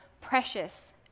precious